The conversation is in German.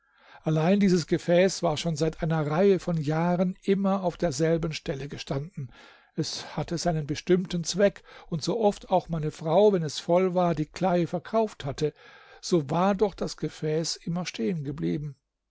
allein dieses gefäß war schon seit einer reihe von jahren immer auf derselben stelle gestanden es hatte seinen bestimmten zweck und so oft auch meine frau wenn es voll war die kleie verkauft hatte so war doch das gefäß immer